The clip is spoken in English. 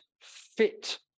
fit